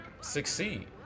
succeed